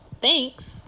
Thanks